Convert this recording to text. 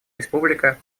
республика